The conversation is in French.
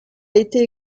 été